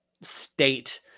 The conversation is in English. state